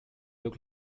look